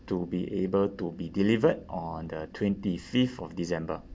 to be able to be delivered on the twenty fifth of december